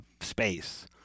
space